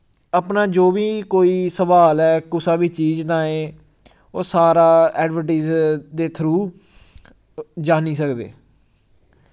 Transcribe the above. अपना जो बी कोई सवाल ऐ कुसा बी चीज ताहीं ओह् सारा एडवरटीज दे थ्रु जानी सकदे